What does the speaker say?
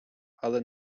але